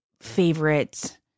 favorite